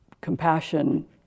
compassion